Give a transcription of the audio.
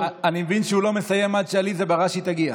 אני מבין שהוא לא מסיים עד שעליזה בראשי תגיע.